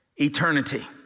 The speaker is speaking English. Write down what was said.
Eternity